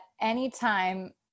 anytime